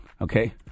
okay